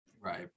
Right